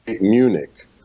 Munich